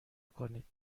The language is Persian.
کنید